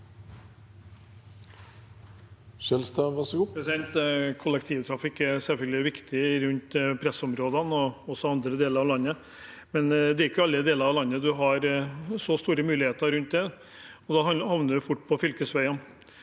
Skjelstad (V) Kollektivtrafikk er selvfølgelig viktig rundt pressområdene og også i andre deler av landet, men det er ikke i alle deler av landet man har så store muligheter rundt det, og da havner man fort på fylkesveiene.